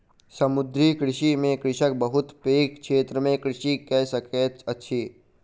समुद्रीय कृषि में कृषक बहुत पैघ क्षेत्र में कृषि कय सकैत अछि